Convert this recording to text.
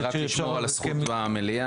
כן, רק לשמור על הזכות במליאה.